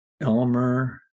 Elmer